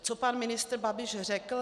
Co pan ministr Babiš řekl?